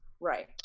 Right